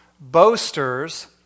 boasters